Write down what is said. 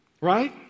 Right